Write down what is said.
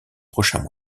prochains